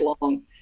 long